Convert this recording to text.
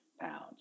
pounds